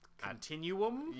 Continuum